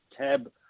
tab